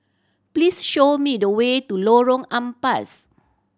please show me the way to Lorong Ampas